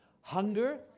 Hunger